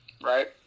Right